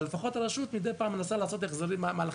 אבל לפחות הרשות מנסה מדי פעם לעשות מהלכים